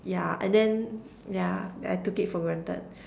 yeah and then yeah I took it for granted